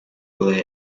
blair